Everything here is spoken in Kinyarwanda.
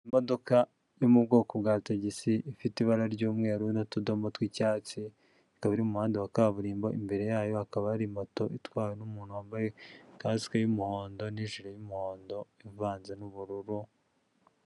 Imodoka yo mu bwoko bwa tagisi ifite ibara ry'umweru n'utudomo tw'icyatsi. Ikaba iri mu muhanda wa kaburimbo imbere yayo hakaba ari moto itwawe n'umuntu wambaye kasike yumuhondo n'ijire y'umuhondo ivanze n'ubururu.